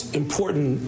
important